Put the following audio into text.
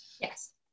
Yes